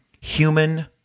human